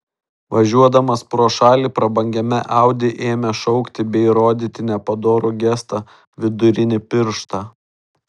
važiuodamas pro šalį prabangiame audi ėmė šaukti bei rodyti nepadorų gestą vidurinį pirštą